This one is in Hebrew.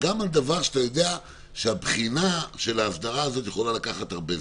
מה גם שאתה יודע שהבחינה של ההסדרה הזאת יכולה לקחת הרבה זמן.